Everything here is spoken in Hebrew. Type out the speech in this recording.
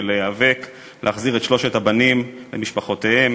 ולהיאבק להחזיר את שלושת הבנים למשפחותיהם: